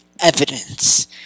evidence